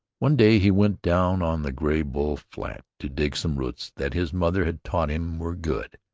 one day he went down on the graybull flat to dig some roots that his mother had taught him were good.